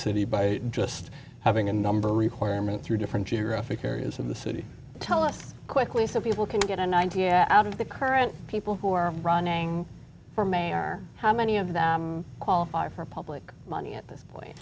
by just having a number requirement through different geographic areas of the city tell us quickly so people can get an idea out of the current people who are running for mayor how many of them qualify for public money at